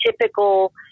typical